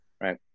Right